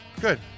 Good